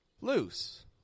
loose